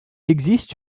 existe